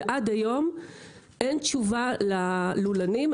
ועד היום אין תשובה ללולנים,